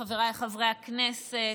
חבריי חברי הכנסת,